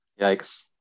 Yikes